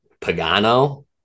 Pagano